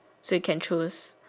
so you can choose